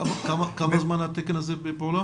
כמה זמן התקן הזה בפעולה?